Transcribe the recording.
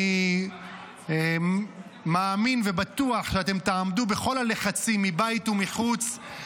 אני מאמין ובטוח שאתם תעמדו בכל הלחצים מבית ומחוץ.